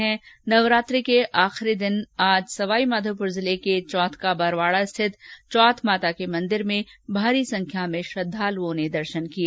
इस बीच नवरात्रि के आखिरी दिन आज सवाईमाधोपुर जिले के चौथ का बरवाड़ा स्थित चौथमाता के मंदिर में भारी संख्या में श्रद्धालुओं ने दर्शन किए